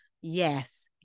Yes